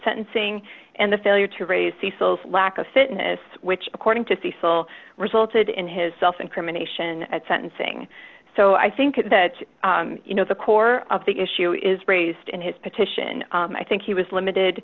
sentencing and the failure to raise cecil's lack of fitness which according to cecil resulted in his self incrimination at sentencing so i think that you know the core of the issue is raised in his petition i think he was limited